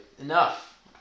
enough